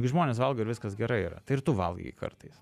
žmonės valgo ir viskas gerai yra tai ir tu valgai kartais